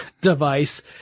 device